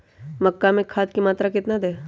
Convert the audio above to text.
मक्का में खाद की मात्रा कितना दे?